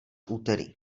úterý